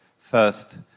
First